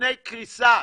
בפני קריסה.